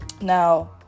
Now